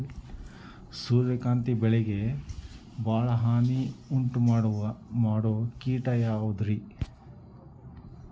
ಸೂರ್ಯಕಾಂತಿ ಬೆಳೆಗೆ ಭಾಳ ಹಾನಿ ಉಂಟು ಮಾಡೋ ಕೇಟ ಯಾವುದ್ರೇ?